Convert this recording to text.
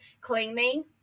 cleaning